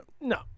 No